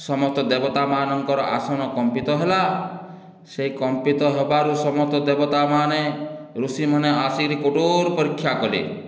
ସମସ୍ତ ଦେବତାମାନଙ୍କର ଆସନ କମ୍ପିତ ହେଲା ସେଇ କମ୍ପିତ ହେବାରୁ ସମସ୍ତ ଦେବତାମାନେ ଋଷିମାନେ ଆସିକିରି କଠୋର ପରୀକ୍ଷା କଲେ